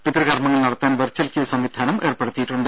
പിതൃകർമ്മങ്ങൾ നടത്താൻ virtual queue സംവിധാനം ഏർപ്പെടുത്തിയിട്ടുണ്ട്